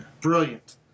brilliant